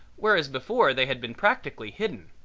whereas before they had been practically hidden.